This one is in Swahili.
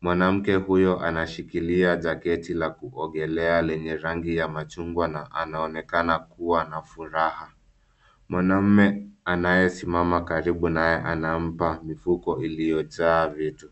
Mwanamke huyo anashikilia jaketi la kuogelea lenye rangi ya machungwa na anaonekana kua na furaha. Mwanamme anayesimama karibu naye anampa mifuko iliyojaa vitu.